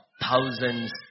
thousands